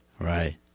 Right